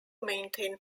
maintain